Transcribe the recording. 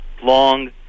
long